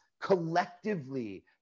collectively